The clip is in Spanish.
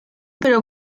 pero